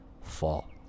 fall